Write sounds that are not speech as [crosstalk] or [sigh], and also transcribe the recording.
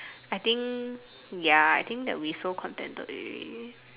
[breath] I think ya I think that we so contented already